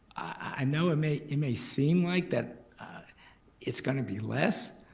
i know it may it may seem like that it's gonna be less,